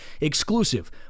exclusive